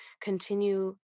continue